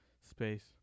space